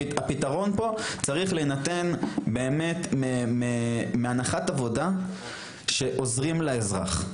הפתרון פה צריך להינתן באמת מהנחת העבודה שעוזרים לאזרח.